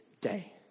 day